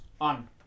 on